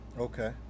Okay